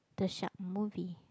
the shark movie